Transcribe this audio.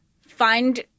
Find